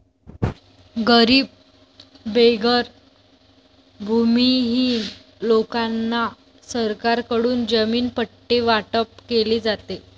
गरीब बेघर भूमिहीन लोकांना सरकारकडून जमीन पट्टे वाटप केले जाते